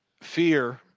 fear